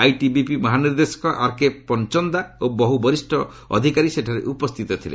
ITBP ମହାନିର୍ଦ୍ଦେଶକ R K Pachnanda ଓ ବହୁ ବରିଷ୍ଣ ଅଫିସର ସେଠାରେ ଉପସ୍ଥିତ ଥିଲେ